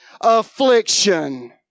affliction